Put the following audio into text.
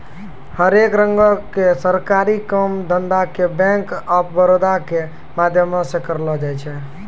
हरेक रंगो के सरकारी काम धंधा के बैंक आफ बड़ौदा के माध्यमो से करलो जाय छै